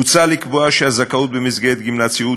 מוצע לקבוע שהזכאות במסגרת גמלת סיעוד